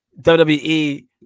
WWE